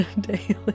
daily